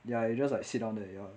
ya you just like sit down there ya